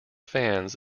fans